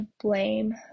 blame